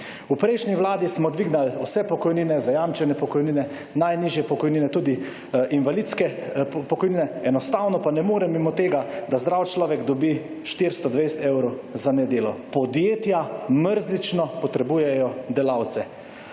V prejšnji vladi smo dvignili vse pokojnine zajamčene pokojnine, najnižje pokojnine, tudi invalidske pokojnine. Enostavno pa ne morem mimo tega, da zdrav človek dobi 420 evrov za nedelo. Podjetja mrzlično potrebujejo delavce.